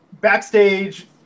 Backstage